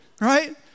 right